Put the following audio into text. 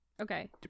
Okay